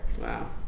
Wow